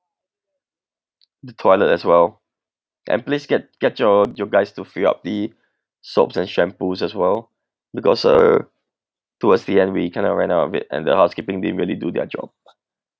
the toilet as well and please get get your your guys to fill up the soaps and shampoos as well because uh towards the end we kind of ran out of it and the housekeeping didn't really do their job